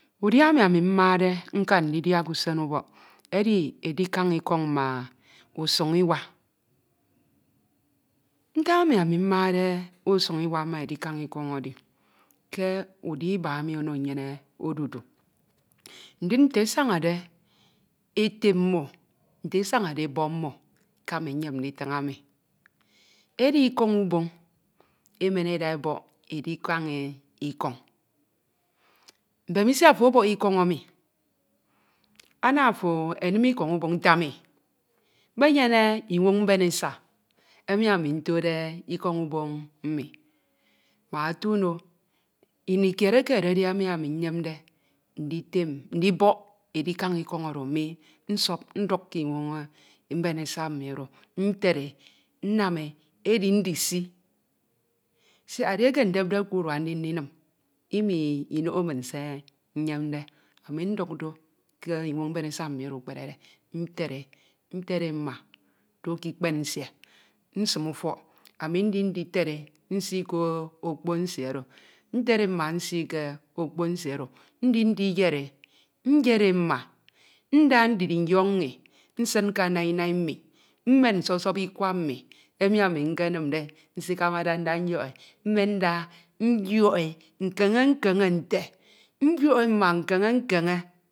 Udia emi ami mmade nkan ndidia k'usen ubọk edi adikan ikọn̄ ma usun̄ iwa ntak iba emi ami mmade udia iba emi edi ke mmo owu iba enyenyene odudu ndin nte esan̄ade etem mmo nte esan̄ade ebọk mmo ke ami nyem nditin̄ emi, ida ikọn̄ ubon̄ emen eda ebọk edikan ikọn̄ mbemisi ofo ọbọk ikọn̄ emi ana ofo enim ikọn̄ ubon̄ nte ami mmenyene inwon̄ mben esa emi ami ntode ikọn̄ ubon̄ mmi mbak otudo ini kied ekededi eke ami nyemde nditem ndibọk ikọn̄ edikan ikọn̄ mmi nsukhọrede nduk ke inwon̄ mben esa mmi oro nted e nnam e edi ndisi siak edieke ndepde k'urua ndi ndinim iminoho min se nnyemde ami nduk do ke inwon̄ mben esa mmi oro nted e, nted e mma do ke ikpen nsie, nsim ufọk ami ndited e nsi ke okpo nsie oro. Nted e mma nsi ke okpo nsie oro, ndi ndiyed e, nyed e mma nda ndidinyọk mmi nsin ke nainai mmi mmen nsọsọp ikwa mmi emi ami nkenimde nsikamade nda nyọk e, nyọk mmen nda nyọk e nkeñe nkeñe nte. Nyọk e mma nkeñe nkeñe